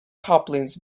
couplings